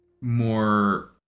more